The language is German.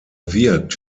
wirkt